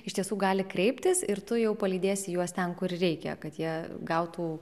iš tiesų gali kreiptis ir tu jau palydėsi juos ten kur reikia kad jie gautų